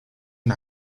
and